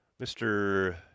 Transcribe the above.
Mr